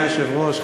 אדוני היושב-ראש,